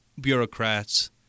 bureaucrats